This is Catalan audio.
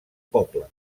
poble